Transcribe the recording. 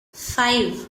five